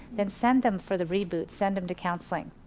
then send them for the reboot, send them to counseling.